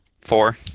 Four